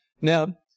Now